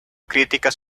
críticas